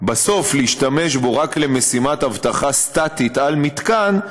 בסוף להשתמש בו רק למשימת אבטחה סטטית על מתקן,